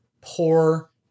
poor